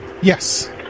yes